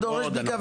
זה דורש בדיקה,